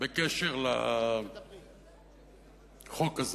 בקשר לחוק הזה.